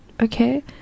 Okay